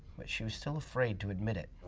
but she was still afraid to admit it.